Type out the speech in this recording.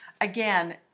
again